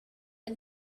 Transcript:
and